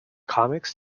comics